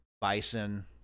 bison